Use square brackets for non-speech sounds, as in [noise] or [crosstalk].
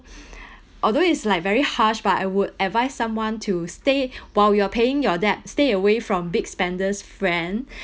[breath] although is like very harsh but I would advise someone to stay [breath] while you are paying your debt stay away from big spenders friend [breath]